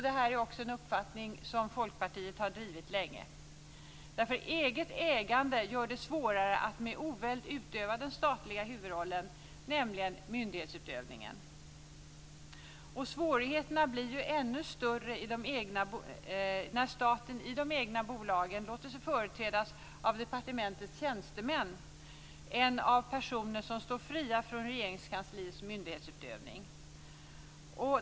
Detta är en uppfattning som Folkpartiet har drivit länge. Eget ägande gör det svårare att med oväld utöva den statliga huvudrollen, nämligen myndighetsutövningen. Svårigheterna blir ännu större när staten i de egna bolagen låter sig företrädas av departementets tjänstemän i stället för av personer som står fria från Regeringskansliets myndighetsutövning.